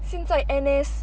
since 在 N_S